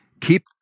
Keep